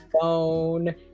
phone